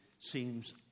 seems